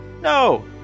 No